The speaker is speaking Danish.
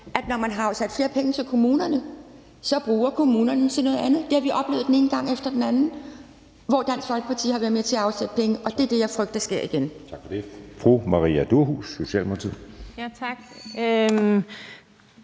at når man har afsat flere penge til kommunerne, så bruger kommunerne dem til noget andet. Det har vi oplevet den ene gang efter den anden, hvor Dansk Folkeparti har været med til at afsætte penge, og det er det, jeg frygter sker igen.